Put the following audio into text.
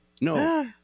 No